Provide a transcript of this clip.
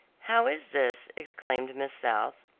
how is this? exclaimed miss south.